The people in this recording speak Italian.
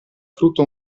frutta